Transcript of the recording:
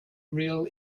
real